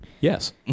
Yes